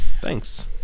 Thanks